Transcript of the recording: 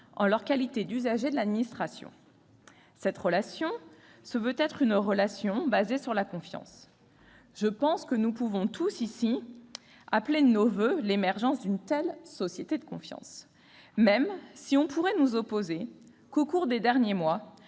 en leur qualité d'usagers de l'administration. Cette relation se veut être basée sur la confiance. Je pense que nous pouvons tous ici appeler de nos voeux l'émergence d'une telle « société de confiance », même si l'on pourrait nous opposer que, au cours des derniers mois,